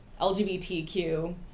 LGBTQ